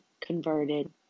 converted